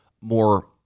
more